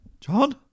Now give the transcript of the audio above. John